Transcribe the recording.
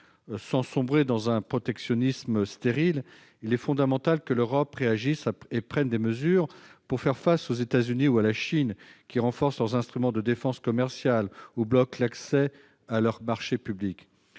Sans sombrer dans un protectionnisme stérile, il est fondamental que l'Europe réagisse et prenne des mesures pour faire face aux États-Unis ou à la Chine qui renforcent leurs instruments de défense commerciale ou bloquent l'accès à leurs marchés publics.